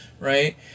right